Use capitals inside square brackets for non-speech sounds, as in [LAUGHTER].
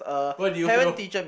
why do you fail [NOISE]